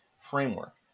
framework